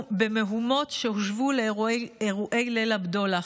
במהומות, שהושוו לאירועי ליל הבדולח.